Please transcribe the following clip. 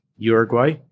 Uruguay